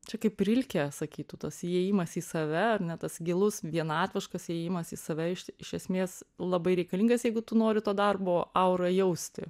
čia kaip rilkė sakytų tas įėjimas į save ar ne tas gilus vienatviškas įėjimas į save iš iš esmės labai reikalingas jeigu tu nori to darbo aurą jausti